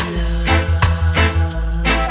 love